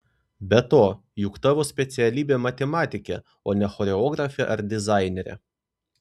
be to juk tavo specialybė matematikė o ne choreografė ar dizainerė